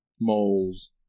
moles